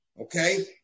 Okay